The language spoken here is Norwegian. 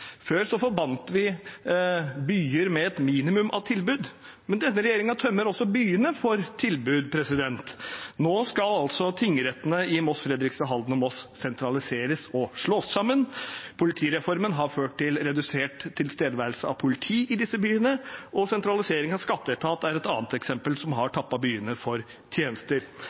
vi byer med et minimum av tilbud, men denne regjeringen tømmer også byene for tilbud. Nå skal tingrettene i Moss, Fredrikstad, Halden og Sarpsborg sentraliseres og slås sammen. Politireformen har ført til redusert tilstedeværelse av politi i disse byene. Sentralisering av skatteetaten er et annet eksempel på noe som har tappet byene for tjenester.